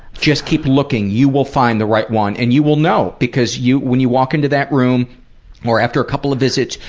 just keep looking, you will find the right one and you will know because you. when you walk into that room or after a couple of visits,